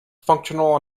functional